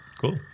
Cool